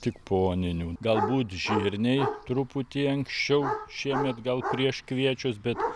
tik po oninių galbūt žirniai truputį anksčiau šiemet gal prieš kviečius bet